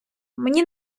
мені